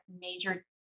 major